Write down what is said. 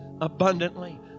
abundantly